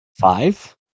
five